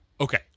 okay